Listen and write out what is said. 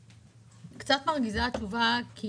קצת מרגיזה התשובה של משרד הבריאות,